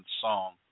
song